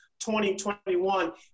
2021